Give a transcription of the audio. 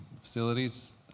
facilities